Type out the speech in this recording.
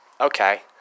okay